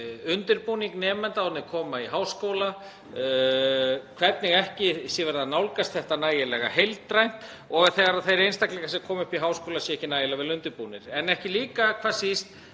undirbúning nemenda áður en þeir koma í háskóla, hvernig ekki sé verið að nálgast þetta nægilega heildrænt og að þegar einstaklingar koma í háskóla séu þeir ekki nægilega vel undirbúnir. En ekki hvað síst